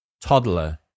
toddler